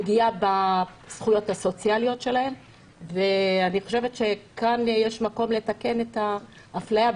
פגיעה בזכויות הסוציאליות שלהם ואני חושבת שכאן יש מקום לתקן את האפליה,